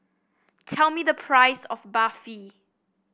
tell me the price of Barfi